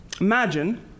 Imagine